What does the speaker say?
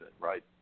right